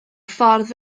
ffordd